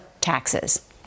taxes